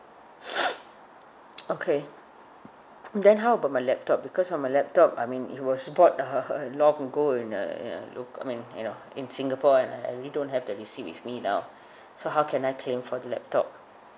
okay then how about my laptop because uh my laptop I mean it was bought (uh huh) uh long ago in uh loca~ I mean you know in singapore and I I really don't have the receipt with me now so how can I claim for the laptop